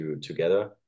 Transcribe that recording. together